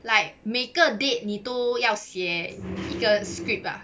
like 每个 date 你都要写一个 script ah